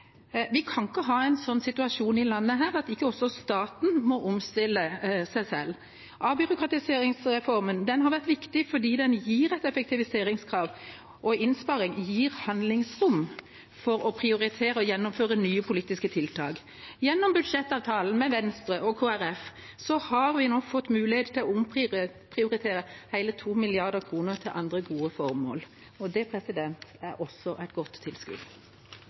Vi kan ikke ha en situasjon i landet at ikke også staten må omstille seg. Avbyråkratiseringsreformen har vært viktig, fordi den gir et effektiviseringskrav. Innsparing gir handlingsrom for å prioritere og å gjennomføre nye politiske tiltak. Gjennom budsjettavtalen med Venstre og Kristelig Folkeparti har vi fått mulighet til å omprioritere hele 2 mrd. kr til andre gode formål. Det er også et godt tilskudd.